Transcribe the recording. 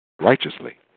righteously